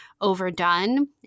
overdone